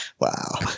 wow